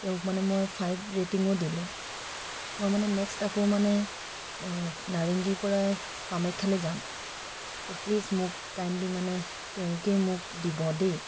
তেওঁক মানে মই ফাইভ ৰেটিঙো দিলোঁ মই মানে নেক্সট আকৌ মানে নাৰেংগীৰপৰা কামাখ্যালৈ যাম তো প্লিজ মোক কাইণ্ডলি মানে তেওঁকেই মোক দিব দেই